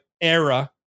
era